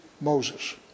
Moses